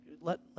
let